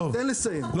תן לסיים.